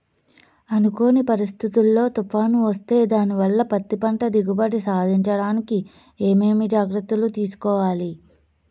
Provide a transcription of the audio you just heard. అనుకోని పరిస్థితుల్లో తుఫాను వస్తే దానివల్ల పత్తి పంట దిగుబడి సాధించడానికి ఏమేమి జాగ్రత్తలు తీసుకోవాలి?